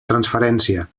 transferència